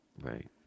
right